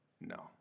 No